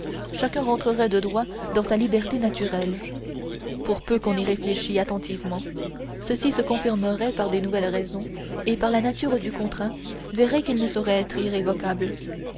chacun rentrerait de droit dans sa liberté naturelle pour peu qu'on y réfléchît attentivement ceci se confirmerait par de nouvelles raisons et par la nature du contrat on verrait qu'il ne saurait être irrévocable